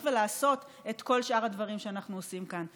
לעשות את כל שאר הדברים שאנחנו עושים כאן.